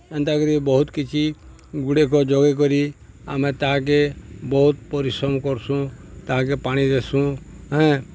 ଏନ୍ତାକରି ବହୁତ୍ କିଛି ଗୁଡ଼େ ଗଛ୍ ଯୋଗେଇ କରି ଆମେ ତାହାକେ ବହୁତ୍ ପରିଶ୍ରମ୍ କର୍ସୁଁ ତାହାକେ ପାଣି ଦେସୁଁ ହେଁ